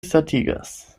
satigas